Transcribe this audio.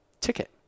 ticket